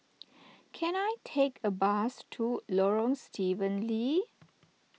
can I take a bus to Lorong Stephen Lee